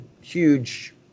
huge